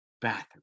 bathroom